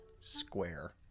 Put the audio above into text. square